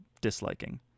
disliking